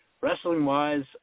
Wrestling-wise